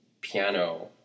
piano